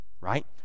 Right